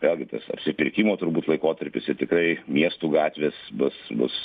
vėlgi tas apsipirkimo turbūt laikotarpis ir tikrai miestų gatvės bus bus